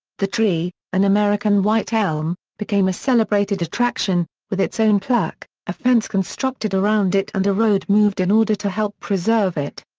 the tree, an american white elm, became a celebrated attraction, with its own plaque, a fence constructed around it and a road moved in order to help preserve it.